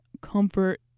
comfort